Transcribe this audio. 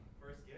first